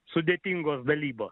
sudėtingos dalybos